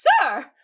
sir